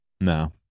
No